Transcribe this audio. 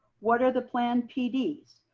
what are the planned pds?